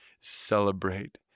celebrate